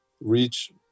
reach